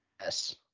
Yes